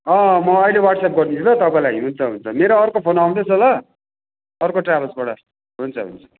म अहिले वाट्सएप गरिदिन्छु ल तपाईँलाई हुन्छ हुन्छ मेरो अर्को फोन आउँदैछ ल अर्को ट्राभल्सबाट हुन्छ हुन्छ